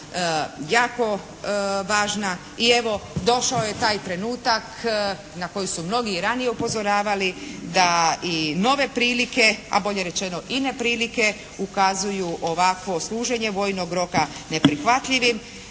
i evo došao je taj trenutak na koji su mnogi i ranije upozoravali da i nove prilike, a bolje rečeno i neprilike, ukazuju ovakvo služenje vojnog roka neprihvatljivim.